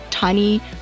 tiny